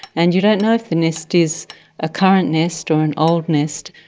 and you don't know if the nest is a current nest or an old nest,